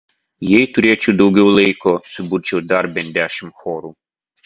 jei turėčiau daugiau laiko suburčiau dar bent dešimt chorų